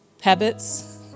habits